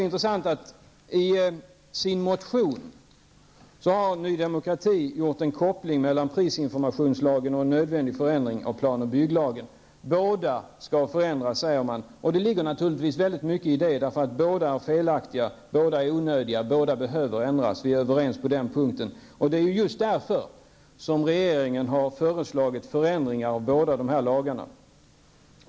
I sin motion har Ny Demokrati gjort en koppling mellan prisinformationslagen och en nödvändig förändring av plan och bygglagen. Båda lagarna skall förändras, säger man, och det ligger naturligtvis mycket i det. Vi är överens om att båda lagarna är felaktiga, onödiga och behöver ändras. Regeringen har också föreslagit förändringar i dessa lagar.